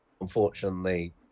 Unfortunately